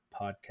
podcast